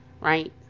Right